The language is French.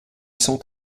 sont